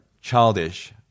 childish